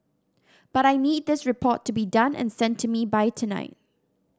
but I need this report to be done and sent to me by tonight